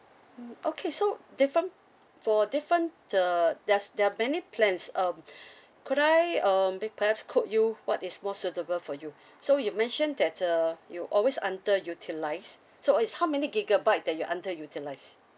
mm okay so different for different uh there's there are many plans um could I um be perhaps quote you what is more suitable for you so you mentioned that uh you always under utilise so is how many gigabyte that you under utilise